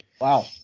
Wow